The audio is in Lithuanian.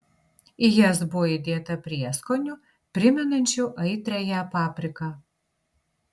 į jas buvo įdėta prieskonių primenančių aitriąją papriką